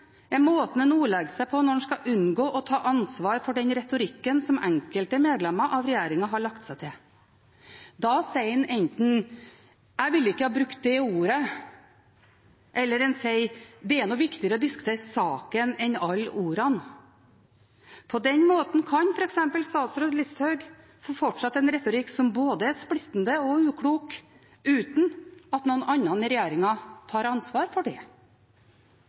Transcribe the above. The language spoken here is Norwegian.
er måten en ordlegger seg på når en skal unngå å ta ansvar for den retorikken som enkelte medlemmer av regjeringen har lagt seg til. Da sier en enten: Jeg ville ikke ha brukt det ordet. Eller en sier: Det er nå viktigere å diskutere saken enn alle ordene. På den måten kan f.eks. statsråd Listhaug få fortsette en retorikk som er både splittende og uklok, uten at noen andre i regjeringen tar ansvar for det.